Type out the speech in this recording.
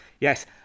yes